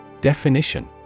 Definition